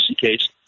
case